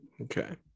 Okay